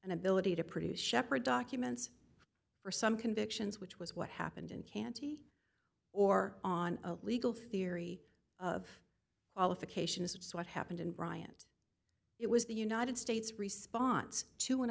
an ability to produce shephard documents for some convictions which was what happened in canty or on a legal theory of qualifications it's what happened in bryant it was the united states response to an